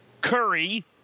Curry